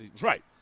Right